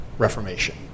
Reformation